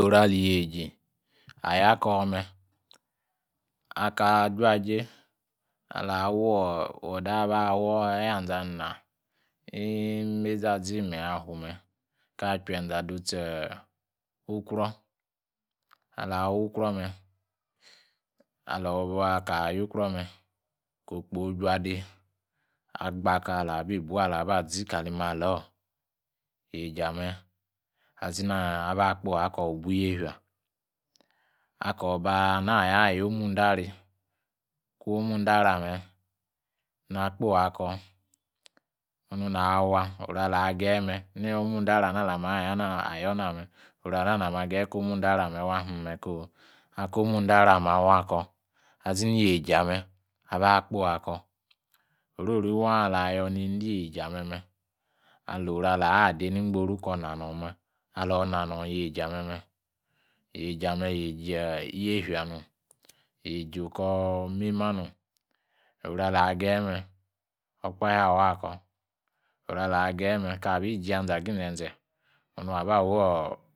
. Oru aliyeji ayakome aka ajuaje alah wu wodor abafua, ayiaze abana, awu’mazi azi awumai awfume, kapieze adutsi ukro, alah wukrome, alahwakayukrome kokpo ijwade agba’ kuala’abibu abazi kalimalor yeji-ame azini abakpoi akor wubu yefia. Akobania wa yomudari kumo dariame akpoi-akor unwawa oruala gayieme numodari alimaya ayonama oruana namagaye komondari wahim me ko. Akomudari ameh awakor azini yejiameh abakpoi akor. Ororiwa alah yor yejiameme aluwawah ade nigboru kornanorme, aluwananor yejiameme yejiameh yejiefianum yejikor mayhmanum oru-alhagayeme okpahe awakor oru-alhagayeme. Kabi idgianze agi zenze onu waba wor